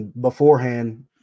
beforehand